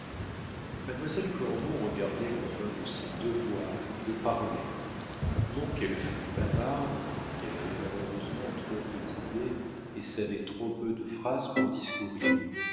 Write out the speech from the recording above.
mademoiselle cormon regardait comme un de ses devoirs de parler non qu'elle fût bavarde elle avait malheureusement trop peu d'idées et savait trop peu de phrases pour discourir